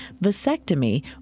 vasectomy